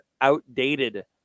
outdated